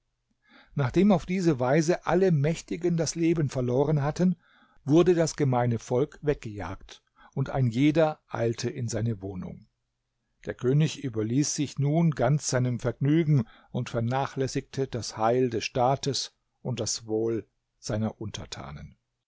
nachdem auf diese weise alle mächtigen das leben verloren hatten wurde das gemeine volk weggejagt und ein jeder eilte in seine wohnung der könig überließ sich nun ganz seinem vergnügen und vernachlässigte das heil des staates und das wohl seiner untertanen